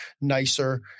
nicer